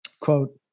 quote